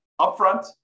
upfront